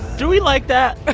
do we like that? ah